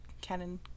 canon